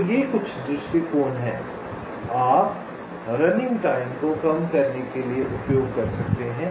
तो ये कुछ दृष्टिकोण हैं आप रनिंग टाइम को कम करने के लिए उपयोग कर सकते हैं